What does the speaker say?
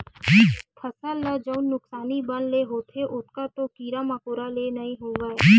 फसल ल जउन नुकसानी बन ले होथे ओतका तो कीरा मकोरा ले नइ होवय